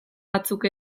batzuk